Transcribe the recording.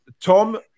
Tom